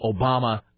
Obama